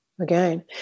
again